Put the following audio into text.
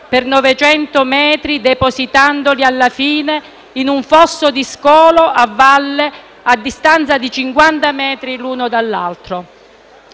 per 900 metri depositandoli, alla fine, in un fosso di scolo a valle a distanza di 50 metri l'uno dall'altro.